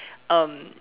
um